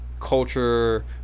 culture